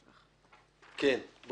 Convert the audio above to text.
כן.